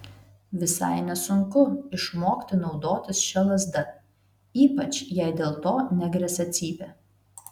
visai nesunku išmokti naudotis šia lazda ypač jei dėl to negresia cypė